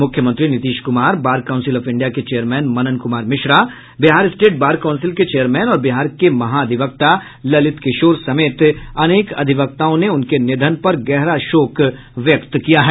मुख्यमंत्री Nitish Kumar bar council of India के chairman Manan Kumar Mishra Bihar state bar council के चेयरमैन और बिहार के महाधिवक्ता ललित किशोर समेत अनेक अधिवक्ताओं ने उनके निधन पर गहरा शोक व्यक्त किया है